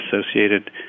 associated